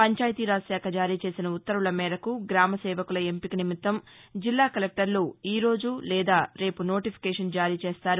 పంచాయతిరాజ్ శాఖ జారీ చేసిన ఉత్తర్వుల మేరకు గ్రామ సేవకుల ఎంపిక నిమిత్తం జిల్లా కలెక్లర్లు ఈ రోజు లేదా రేపు నోటిఫికేషన్ జారీ చేస్తారు